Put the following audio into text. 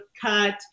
cut